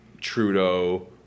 Trudeau